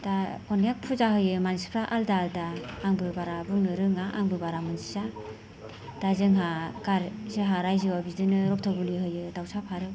दा अनेख फुजा होयो मानसिफ्रा आलदा आलदा आंबो बारा बुंनो रोङा आंबो बारा मिन्थिया दा जोंहा जोंहा रायजोआव बिदिनो रक्त बोलि होयो दावसा फारौ